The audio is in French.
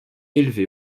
élevé